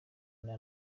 nina